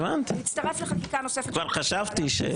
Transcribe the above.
אני חשבתי שזה חוק חדש.